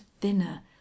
thinner